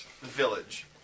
village